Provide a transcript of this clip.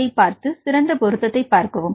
யைப் பார்த்து சிறந்த பொருத்தத்தை பார்க்கவும்